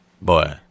Boy